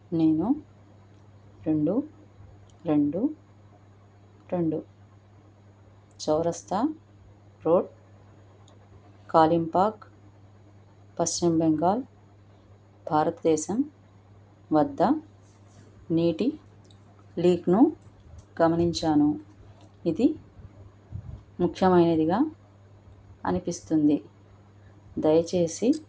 నేను రెండు రెండు రెండు చౌరస్తా రోడ్ కాలింపాంగ్ పశ్చిమ బెంగాల్ భారతదేశం వద్ద నీటి లీక్ను గమనించాను ఇది ముఖ్యమైనదిగా అనిపిస్తుంది దయచేసి